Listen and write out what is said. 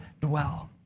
dwell